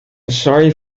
sorry